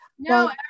No